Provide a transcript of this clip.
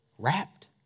Wrapped